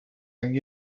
and